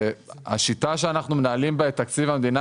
השיטה שאנחנו מנהלים בה את תקציב המדינה